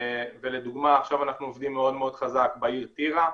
לדוגמה אנחנו עכשיו עובדים מאוד מאוד חזק בעיר טירה.